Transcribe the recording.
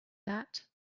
that